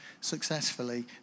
successfully